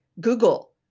Google